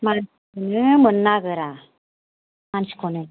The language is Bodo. मानसिखौनो मोननो नागेरा मानसिखौनो